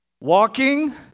Walking